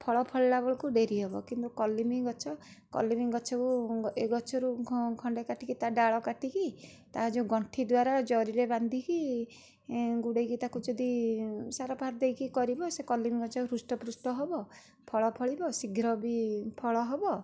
ଫଳ ଫଳିଲା ବେଳକୁ ଡେରି ହେବ କିନ୍ତୁ କଲିମି ଗଛ କଲିମି ଗଛକୁ ଏ ଗଛରୁ ଖଣ୍ଡେ କାଟିକି ତା ଡାଳ କାଟିକି ତା ଯୋଉଁ ଗଣ୍ଠି ଦ୍ଵାରା ଜରିରେ ବାନ୍ଧିକି ଗୁଡ଼େଇକି ତାକୁ ଯଦି ସାରଫାର ଦେଇକି କରିବ ସେ କଲିମି ଗଛ ହୃଷ୍ଟଫୃଷ୍ଟ ହବ ଫଳ ଫଳିବ ଶୀଘ୍ର ବି ଫଳ ହେବ